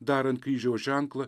darant kryžiaus ženklą